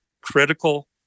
critical